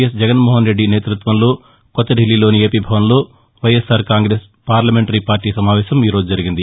yes Jaganmohan Reddy నేతృత్వంలో కొత్త దిల్లీలోని ఏపీ భవన్లో వైఎస్ఆర్ కాంగ్రెస్ పార్లమెంటరీ పార్లీ సమావేశం ఈ రోజు జరిగింది